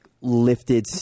lifted